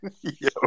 Yo